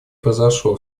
произошло